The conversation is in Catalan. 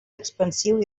expansiu